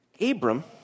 Abram